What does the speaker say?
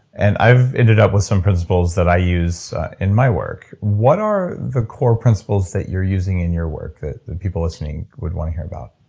and i've ended up with some principles that i use in my work. what are the core principles that you're using in your work that that people listening would want to hear about?